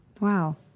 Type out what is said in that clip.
Wow